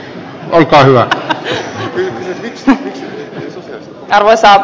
arvoisa puhemies